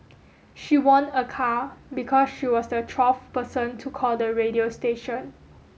she won a car because she was the twelfth person to call the radio station